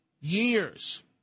years